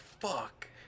fuck